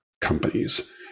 companies